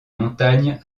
montagne